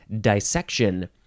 dissection